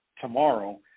tomorrow